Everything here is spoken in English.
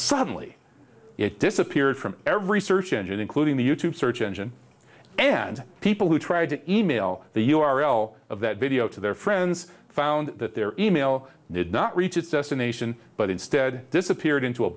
suddenly it disappeared from every search engine including the you tube search engine and people who tried to e mail the u r l of that video to their friends found that their e mail did not reach its destination but instead disappeared into a